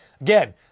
again